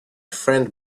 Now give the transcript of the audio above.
friend